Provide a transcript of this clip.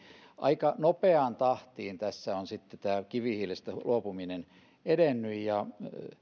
aika nopeaan tahtiin tässä on sitten tämä kivihiilestä luopuminen edennyt ja